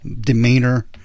demeanor